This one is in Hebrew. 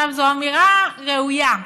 זו אמירה ראויה,